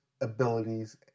abilities